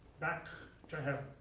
back to heaven.